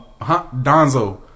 Donzo